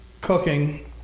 cooking